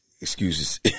excuses